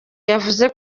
yavuze